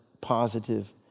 positive